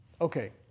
Okay